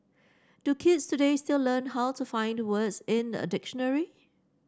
do kids today still learn how to find the words in a dictionary